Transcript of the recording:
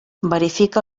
verifica